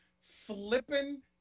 flipping